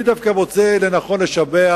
אני דווקא מוצא לנכון לשבח